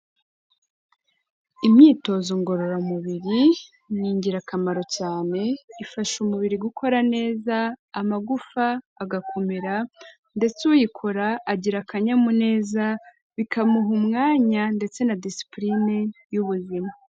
Imyitozo ngororamubiri, ni ingirakamaro cyane, ifasha umubiri gukora neza, amagufa agakomera ndetse uyikora agira akanyamuneza bikamuha umwanya ndetse na disipurine y'ubuzima.